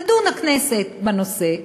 תדון הכנסת בנושא,